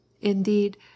indeed